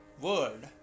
world